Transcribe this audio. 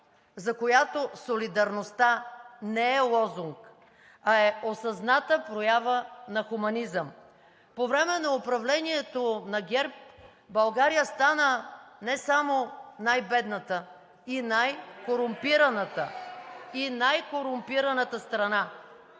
за която солидарността не е лозунг, а е осъзната проява на хуманизъм. По време на управлението на ГЕРБ България стана не само най-бедната и най-корумпираната (шум